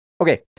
Okay